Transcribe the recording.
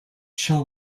shall